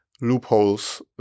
loopholes